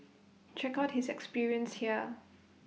check out his experience here